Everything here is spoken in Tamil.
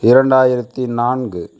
இரண்டாயிரத்து நான்கு